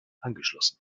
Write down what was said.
angeschlossen